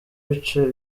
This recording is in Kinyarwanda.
bice